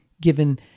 given